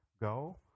go